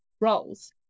roles